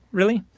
really.